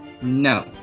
no